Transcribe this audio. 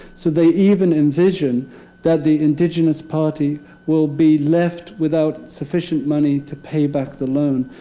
so they even envision that the indigenous party will be left without sufficient money to pay back the loan.